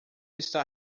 está